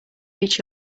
reach